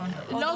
טלפונים --- לא,